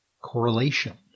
correlation